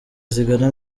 zigana